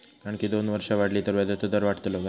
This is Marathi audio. आणखी दोन वर्षा वाढली तर व्याजाचो दर वाढतलो काय?